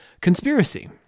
conspiracy